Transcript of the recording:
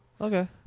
Okay